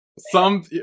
Some-